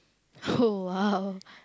oh !wow!